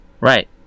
right